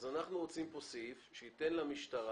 אנחנו רוצים כאן סעיף שייתן למשטרה,